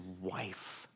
wife